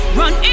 run